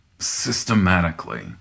systematically